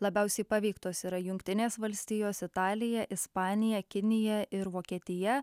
labiausiai paveiktos yra jungtinės valstijos italija ispanija kinija ir vokietija